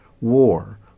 war